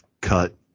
cut